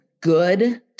good